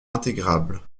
intégrables